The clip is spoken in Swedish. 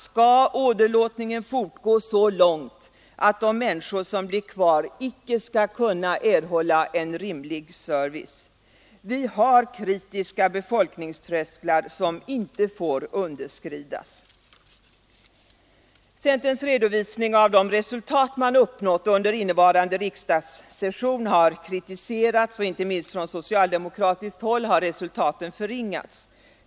Skall åderlåtningen fortgå så långt att de människor som blir kvar icke skall kunna erhålla en rimlig service? Det finns kritiska befolkningströsklar som inte får underskridas. Centerns redovisning av de resultat man uppnått under innevarande riksdagssession har kritiserats, och inte minst från socialdemokratiskt håll har resultaten förringats.